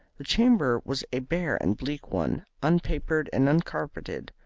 the chamber was a bare and bleak one, un-papered and un-carpeted,